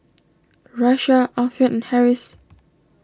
Raisya Alfian and Harris